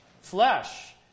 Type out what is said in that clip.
Flesh